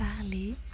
parler